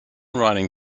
writing